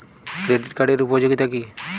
Credit কার্ডের উপযোগিতা কি?